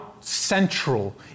central